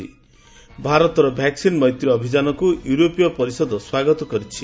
ଭାରତର ଭ୍ୟାକ୍ନିନ ମୈତ୍ରୀ ଅଭିଯାନକୁ ୟୁରୋପୀୟ ପରିଷଦ ସ୍ୱାଗତ କରିଛି